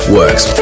works